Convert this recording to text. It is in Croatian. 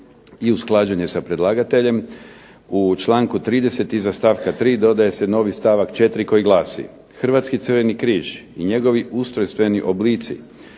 i usklađen je sa predlagateljem. U članku 30. iza stavka 3. dodaje se novi stavak 4. koji glasi: "Hrvatski Crveni križ i njegovi ustrojstveni oblici